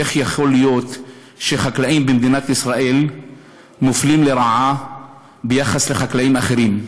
איך יכול להיות שחקלאים במדינת ישראל מופלים לרעה ביחס לחקלאים אחרים?